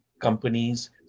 companies